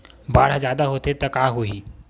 बाढ़ ह जादा होथे त का होही?